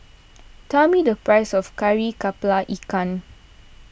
tell me the price of Kari Kepala Ikan